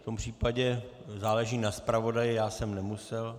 V tom případě záleží na zpravodaji, já jsem nemusel...